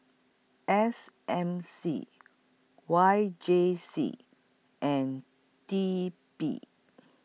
S M C Y J C and T P